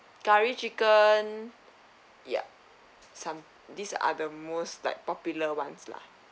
curry chicken yup some these are the most like popular ones lah